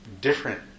different